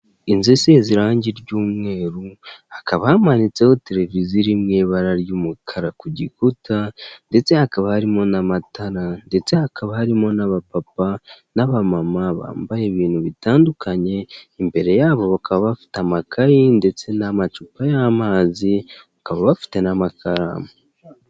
Inzu isize irangi ry'umweru hakaba hamanitseho televiziyo iri mw'ibara ry'umukara ku gikuta ndetse hakaba harimo n'amatara ndetse hakaba harimo n'abapapa n'aba mama bambaye ibintu bitandukanye imbere yabo bakaba bafite amakayi ndetse n'amacupa y'amazi bakaba bafite n'amakaramu.